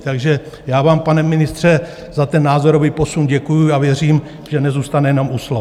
Takže já vám, pane ministře, za ten názorový posun děkuju a věřím, že nezůstane jenom u slov.